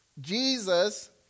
Jesus